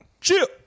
Chill